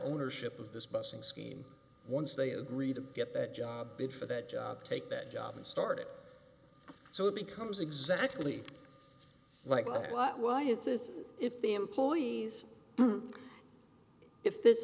ownership of this bussing scheme once they agreed to get the job bid for that job take that job and start it so it becomes exactly like that but why it's as if the employees if this